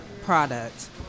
product